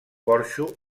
porxo